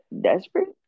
desperate